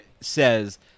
says